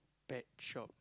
pet shop